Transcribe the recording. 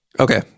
Okay